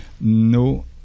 No